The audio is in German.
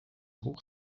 hoch